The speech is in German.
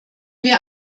wir